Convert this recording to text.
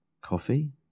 coffee